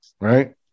right